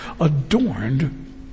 adorned